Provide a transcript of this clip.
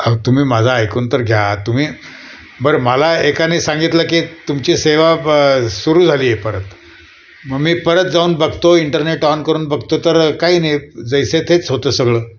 अहो तुम्ही माझं ऐकून तर घ्या तुम्ही बरं मला एकानी सांगितलं की तुमची सेवा ब सुरू झाली आहे परत मग मी परत जाऊन बघतो इंटरनेट ऑन करून बघतो तर काही नाही जैसे थेच होतं सगळं